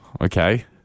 Okay